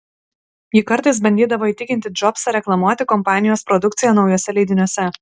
ji kartais bandydavo įtikinti džobsą reklamuoti kompanijos produkciją naujuose leidiniuose